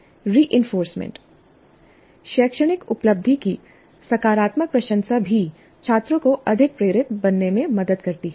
reinforcement शैक्षणिक उपलब्धि की सकारात्मक प्रशंसा भी छात्रों को अधिक प्रेरित बनने में मदद करती है